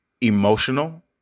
emotional